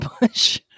bush